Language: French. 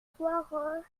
françois